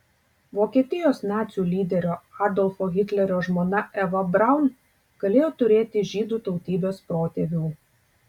vokietijos nacių lyderio adolfo hitlerio žmona eva braun galėjo turėti žydų tautybės protėvių